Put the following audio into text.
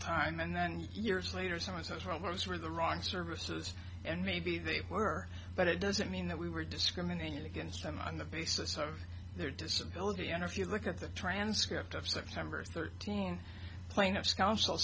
time and then years later someone says well those were the wrong services and maybe they were but it doesn't mean that we were discriminated against them on the basis of their disability and if you look at the transcript of september thirteen plaintiffs coun